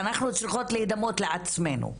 אנחנו צריכות להידמות לעצמנו.